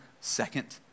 second